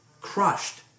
crushed